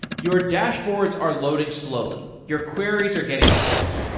your dashboards are loading slowly, your queries are getting stuck,